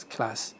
Class